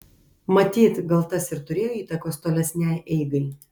matyt gal tas ir turėjo įtakos tolesnei eigai